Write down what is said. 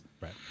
Right